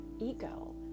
ego